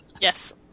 Yes